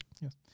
yes